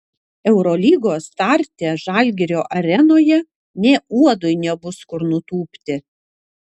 eurolygos starte žalgirio arenoje nė uodui nebus kur nutūpti